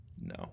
No